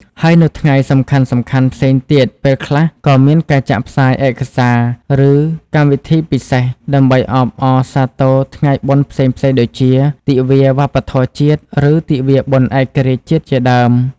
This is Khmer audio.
ហើយនៅថ្ងៃសំខាន់ៗផ្សេងទៀត ពេលខ្លះ ក៏មានការចាក់ផ្សាយឯកសារ ឬកម្មវិធីពិសេសដើម្បីអបអរសាទរថ្ងៃបុណ្យផ្សេងៗ ដូចជា ទិវាវប្បធម៌ជាតិ ឬ ទិវាបុណ្យឯករាជ្យជាតិ ជាដើម។